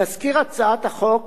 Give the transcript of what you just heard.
תזכיר הצעת החוק